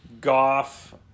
Goff